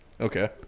Okay